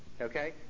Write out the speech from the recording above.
Okay